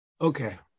Okay